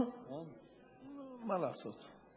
מה לעשות?